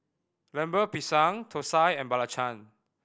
Lemper Pisang thosai and belacan